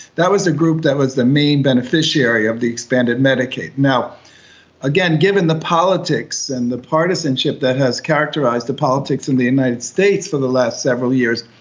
that was the group that was the main beneficiary of the expanded medicaid. again, given the politics and the partisanship that has characterised the politics in the united states for the last several years,